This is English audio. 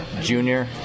junior